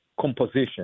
composition